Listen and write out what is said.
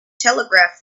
telegraph